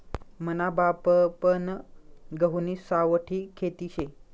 मना बापपन गहुनी सावठी खेती शे